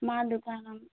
మా దుకాణం